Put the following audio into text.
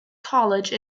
college